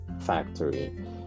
Factory